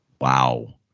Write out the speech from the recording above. wow